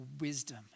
wisdom